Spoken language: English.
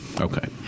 Okay